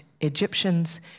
Egyptians